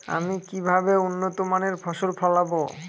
আমি কিভাবে উন্নত মানের ফসল ফলাবো?